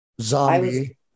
Zombie